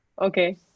Okay